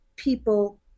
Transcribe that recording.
people